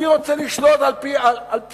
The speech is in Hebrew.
אני רוצה לשלוט על-פיהם.